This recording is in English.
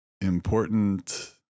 important